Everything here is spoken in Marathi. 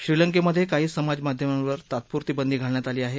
श्रीलंकेमधे काही समाजमाध्यमं तात्पुरती बंद घालण्यात आली आहे